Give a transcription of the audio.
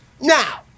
Now